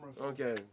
Okay